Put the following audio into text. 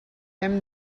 hem